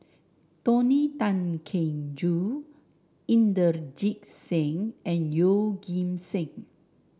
Tony Tan Keng Joo Inderjit Singh and Yeoh Ghim Seng